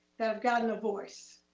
that have gotten a voice